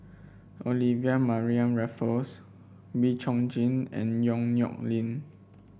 Olivia Mariamne Raffles Wee Chong Jin and Yong Nyuk Lin